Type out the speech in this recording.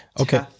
okay